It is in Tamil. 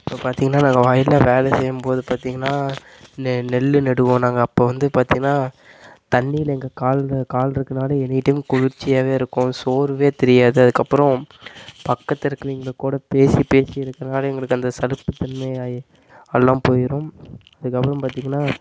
இப்போ பார்த்திங்கன்னா நாங்கள் வயலில் வேலை செய்யும் போது பார்த்திங்கன்னா நெ நெல் நடுவோம் நாங்கள் அப்போ வந்து பார்த்திங்கன்னா தண்ணியில் எங்கள் கால்ற கால்ருக்கனால் எனிடைம் குளிர்ச்சியாக இருக்கும் சோர்வு தெரியாது அதுக்கப்புறம் பக்கத்தில் இருக்கவங்கள கூட பேசி பேசி இருக்கறனால் எங்களுக்கு அந்த சலிப்பு தன்மையாயி அதெலாம் போயிடும் அதுக்கப்புறம் பார்த்திங்கன்னா